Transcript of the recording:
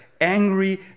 angry